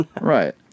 Right